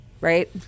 right